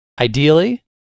ideally